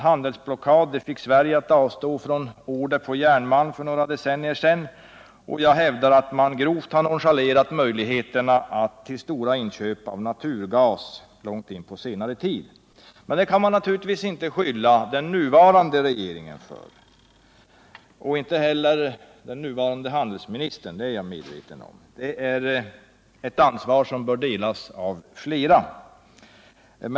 Handelsblockad fick Sverige att avstå från order på järnmalm för några decennier sedan, och jag hävdar att man grovt nonchalerat möjligheterna till stora inköp av naturgas långt in på senare tid. Det kan man inte skylla den nuvarande regeringen och den nuvarande handelsministern för, det är jag medveten om. Det är ett ansvar som bör delas av flera.